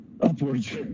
Upwards